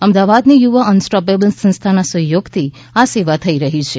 અમદાવાદની યુવા અનસ્ટોપેબલ સંસ્થાના સહયોગથી આ સેવા થઈ રહી છે